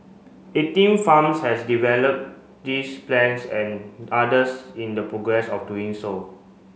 eighteen farms has developed these plans and others in the progress of doing so